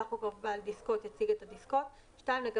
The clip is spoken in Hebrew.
בעל הרכב יציג את יומני הנסיעה וכן את